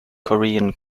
korean